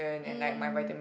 mm